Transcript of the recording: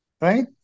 right